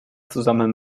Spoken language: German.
zusammen